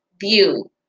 view